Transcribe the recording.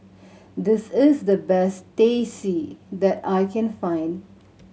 this is the best Teh C that I can find